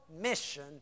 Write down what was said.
mission